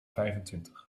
vijfentwintig